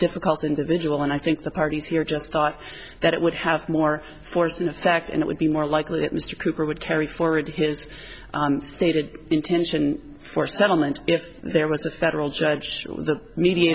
difficult individual and i think the parties here just thought that it would have more force in effect and it would be more likely that mr cooper would carry forward his stated intention for settlement if there was a federal judge the media